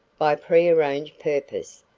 by prearranged purpose,